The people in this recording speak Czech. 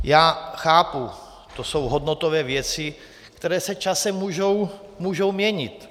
Já chápu, to jsou hodnotové věci, které se časem mohou měnit.